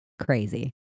crazy